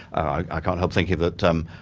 i can't help thinking that, um